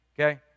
okay